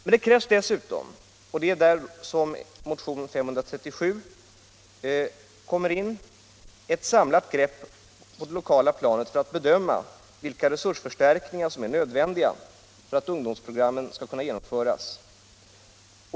Men det fordras dessutom — och det är här motionen 1976/77:537 kommer in — ett samlat grepp på det lokala planet för att bedöma vilka resursförstärkningar som är nödvändiga för att ungdomsprogrammen skall kunna genomföras.